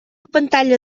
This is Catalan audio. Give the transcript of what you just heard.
pantalla